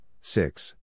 six